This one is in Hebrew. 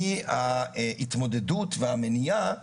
מההתמודדות והמניעה